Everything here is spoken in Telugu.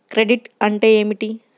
క్రెడిట్ అంటే ఏమిటి?